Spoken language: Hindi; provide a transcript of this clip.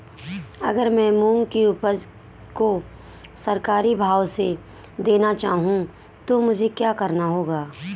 अगर मैं मूंग की उपज को सरकारी भाव से देना चाहूँ तो मुझे क्या करना होगा?